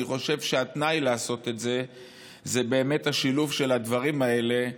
אני חושב שהתנאי לעשות את זה הוא באמת השילוב של הדברים האלה,